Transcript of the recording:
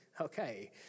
okay